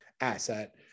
asset